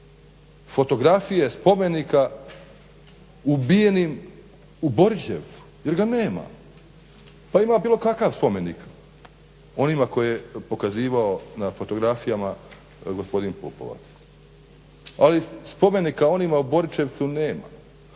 fotografije spomenika ubijenim u Boričevcima jer ga nema, pa ima bilo kakav spomenik onima koje je pokazivao na fotografijama gospodin Pupovac, ali spomenika onima u Boričevcu nema.